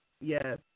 Yes